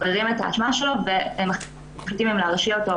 שמבררים את האשמה שלו ומחליטים אם להרשיע אותו,